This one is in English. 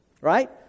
right